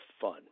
fun